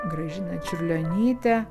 gražina čiurlionytė